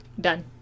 done